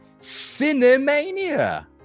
Cinemania